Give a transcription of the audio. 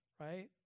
right